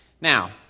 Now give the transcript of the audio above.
Now